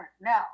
now